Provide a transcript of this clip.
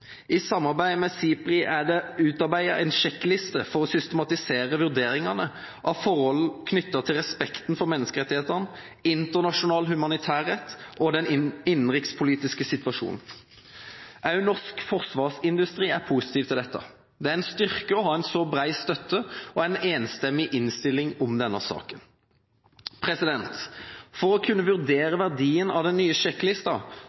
I samarbeid med Stockholm International Peace Research Institute, SIPRI, er det utarbeidet en sjekkliste for å systematisere vurderingene av forhold knyttet til respekten for menneskerettighetene, internasjonal humanitærrett og den innenrikspolitiske situasjon. Også norsk forsvarsindustri er positiv til dette. Det er en styrke å ha så bred støtte og en enstemmig innstilling i denne saken. For å kunne